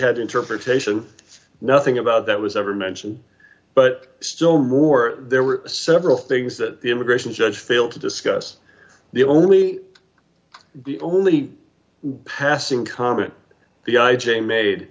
had interpretation nothing about that was ever mentioned but still more there were several things that the immigration judge failed to discuss the only the only passing comment the i j a made